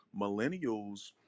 Millennials